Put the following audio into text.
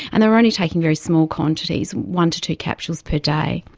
and they were only taking very small quantities, one to two capsules per day.